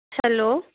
hello